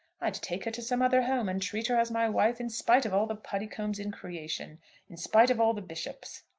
i'd take her to some other home and treat her as my wife in spite of all the puddicombes in creation in spite of all the bishops.